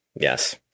Yes